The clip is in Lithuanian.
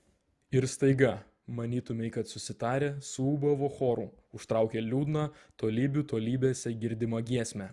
ir staiga manytumei kad susitarę suūbavo choru užtraukė liūdną tolybių tolybėse girdimą giesmę